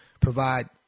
provide